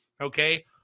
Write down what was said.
okay